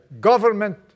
government